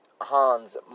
Hans